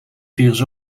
virus